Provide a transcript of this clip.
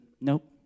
nope